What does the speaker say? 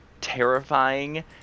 terrifying